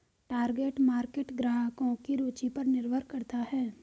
target market ग्राहकों की रूचि पर निर्भर करता है